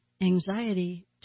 anxiety